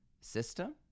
system